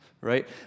right